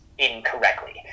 incorrectly